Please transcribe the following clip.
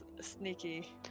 sneaky